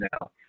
now